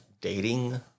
dating